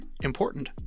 important